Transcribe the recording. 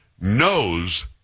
knows